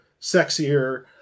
sexier